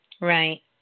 Right